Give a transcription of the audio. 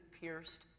pierced